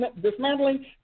dismantling